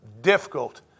difficult